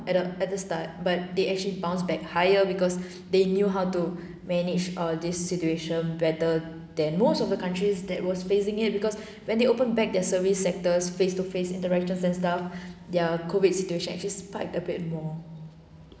at the at the start but they actually bounce back higher because they knew how to manage ah this situation better than most of the countries that was facing it because when they open back their service sectors face to face interactions and stuff their COVID situation actually spiked a bit more